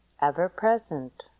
ever-present